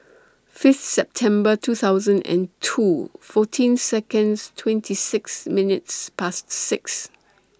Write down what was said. Fifth September two thousand and two fourteen Seconds twenty six minutes Past six